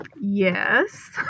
Yes